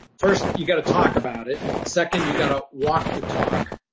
first, you've got to talk about it. second, you've got to walk the talk,